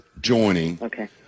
joining